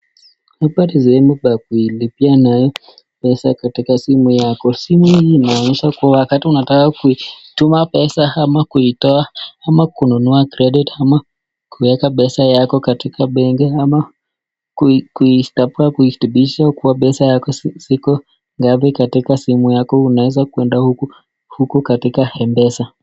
Hapa ni sehemu ya kuilepea katika simu yako. Simu hii inaonesha wakati unataka kutuma pesa ama kuitoa ama kuinunua ( kredit) ama kuiweka pesa yako katika benki ama Kuitafuta kuitimisha kuwa pesa yako ziko ndani katika simu yako unaweza kuenda huko katika mpesa.